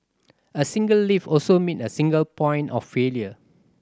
a single lift also mean a single point of failure